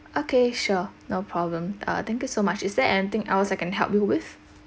okay sure no problem uh thank you so much is there anything else I can help you with